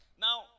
Now